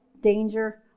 danger